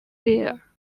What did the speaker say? there